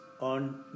on